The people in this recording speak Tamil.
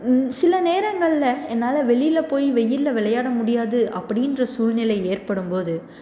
சில நேரங்கள்ல என்னால் வெளியில போய் வெயில்ல விளையாட முடியாது அப்படின்ற சூழ்நிலை ஏற்படும் போது